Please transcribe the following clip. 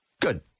Good